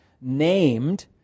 named